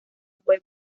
fue